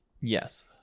Yes